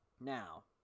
Now